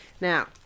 Now